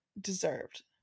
deserved